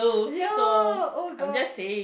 yeah oh gosh